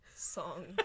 song